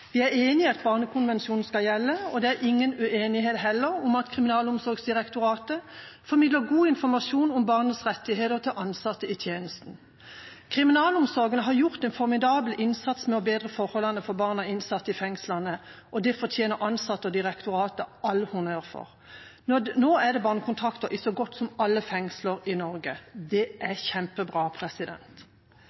Vi er enige om at barnekonvensjonen skal gjelde, og det er heller ingen uenighet om at Kriminalomsorgsdirektoratet formidler god informasjon om barnets rettigheter til ansatte i tjenesten. Kriminalomsorgen har gjort en formidabel innsats med å bedre forholdene for barn av innsatte i fengslene. Det fortjener ansatte og direktoratet all honnør for. Nå er det barnekontakter i så godt som alle fengsler i Norge. Det er kjempebra!